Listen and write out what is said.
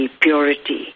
purity